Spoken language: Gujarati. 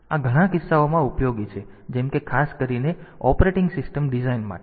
તેથી આ ઘણા કિસ્સાઓમાં ઉપયોગી છે જેમ કે ખાસ કરીને ઑપરેટિંગ સિસ્ટમ ડિઝાઇન માટે